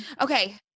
Okay